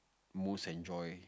most enjoy